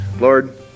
Lord